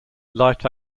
light